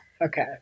Okay